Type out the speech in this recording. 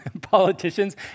politicians